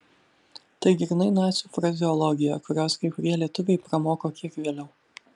tai grynai nacių frazeologija kurios kai kurie lietuviai pramoko kiek vėliau